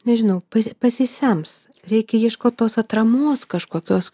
nežinau pasisems reikia ieškot tos atramos kažkokios